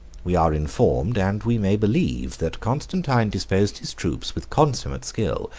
we are informed, and we may believe, that constantine disposed his troops with consummate skill,